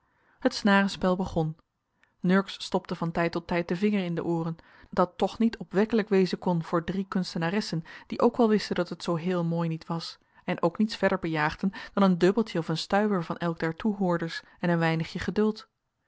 het snarenspel begon nurks stopte van tijd tot tijd den vinger in de ooren dat toch niet opwekkelijk wezen kon voor drie kunstenaressen die ook wel wisten dat het zoo heel mooi niet was en ook niets verder bejaagden dan een dubbeltje of een stuiver van elk der toehoorders en een weinigje geduld